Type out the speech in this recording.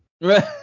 Right